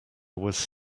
was